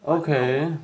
okay